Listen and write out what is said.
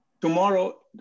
tomorrow